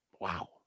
wow